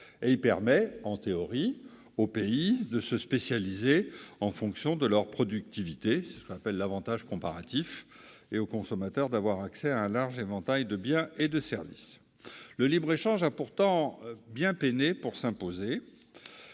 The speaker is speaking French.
Il permet en théorie aux pays de se spécialiser en fonction de leur productivité- c'est ce que l'on appelle l'avantage comparatif -et aux consommateurs d'avoir accès à un large éventail de biens et de services. Le libre-échange a pourtant bien peiné à s'imposer.